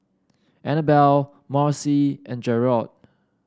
Annabell Maci and Jerrod